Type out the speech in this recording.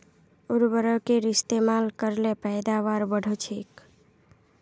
उर्वरकेर इस्तेमाल कर ल पैदावार बढ़छेक